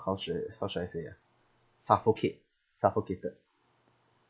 how should how should I say ah suffocate suffocated